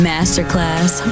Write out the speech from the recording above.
Masterclass